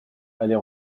aller